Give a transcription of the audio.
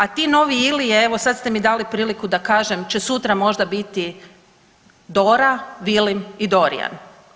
A ti novi Ilije evo sad ste mi dali priliku da kažem, će sutra možda biti Dora, Vilim i Dorjan.